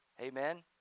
Amen